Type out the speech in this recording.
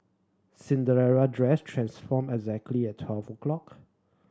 Cinderella dress transformed exactly at twelve o' clock